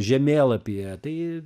žemėlapyje tai